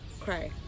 cry